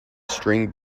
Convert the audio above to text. string